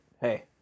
hey